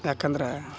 ಯಾಕಂದ್ರೆ